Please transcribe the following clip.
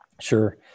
Sure